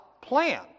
plan